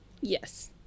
Yes